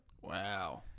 Wow